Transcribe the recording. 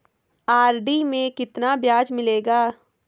RD में कितना ब्याज मिलेगा?